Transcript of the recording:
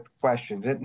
questions